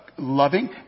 loving